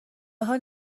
حال